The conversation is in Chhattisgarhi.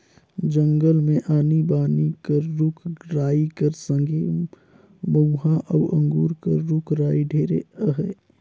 जंगल मे आनी बानी कर रूख राई कर संघे मउहा अउ अंगुर कर रूख राई ढेरे अहे